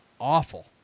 awful